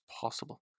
possible